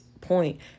point